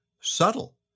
subtle